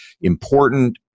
important